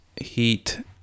heat